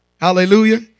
Hallelujah